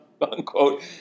unquote